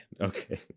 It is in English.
okay